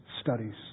studies